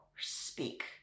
speak